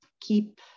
keep